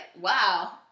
wow